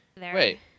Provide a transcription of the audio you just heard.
wait